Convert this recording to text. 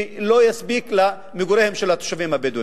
שלא יספיק למגוריהם של התושבים הבדואים.